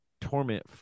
torment